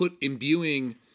imbuing